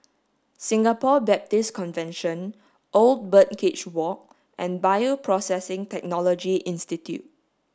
Singapore Baptist Convention Old Birdcage Walk and Bioprocessing Technology Institute